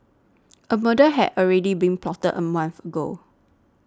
a murder had already been plotted a month ago